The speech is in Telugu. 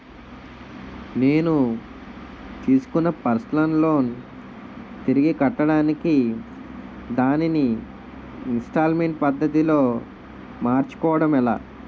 నేను తిస్కున్న పర్సనల్ లోన్ తిరిగి కట్టడానికి దానిని ఇంస్తాల్మేంట్ పద్ధతి లో మార్చుకోవడం ఎలా?